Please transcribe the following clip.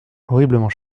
horriblement